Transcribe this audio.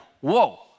whoa